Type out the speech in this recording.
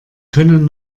können